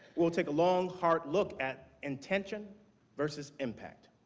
we'll take a long, hard look at intention versus impact.